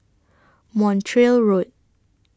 Montreal Road